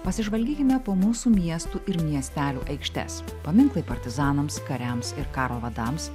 pasižvalgykime po mūsų miestų ir miestelių aikštes paminklai partizanams kariams ir karo vadams